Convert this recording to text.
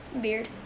Beard